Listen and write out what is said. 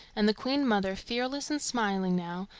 and the queen-mother, fearless and smiling now,